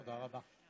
תודה רבה.